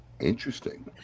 Interesting